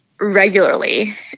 regularly